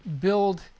build